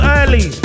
early